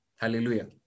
Hallelujah